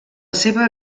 seva